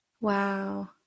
Wow